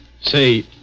Say